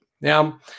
Now